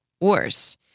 Worse